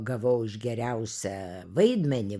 gavau už geriausią vaidmenį